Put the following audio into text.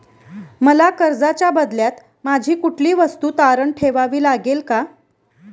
मला कर्जाच्या बदल्यात माझी कुठली वस्तू तारण ठेवावी लागेल का?